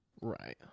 Right